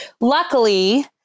luckily